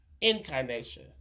Incarnation